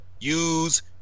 use